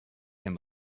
him